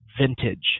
vintage